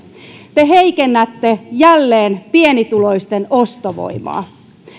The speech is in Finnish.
te heikennätte jälleen pienituloisten ostovoimaa